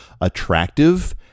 attractive